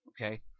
Okay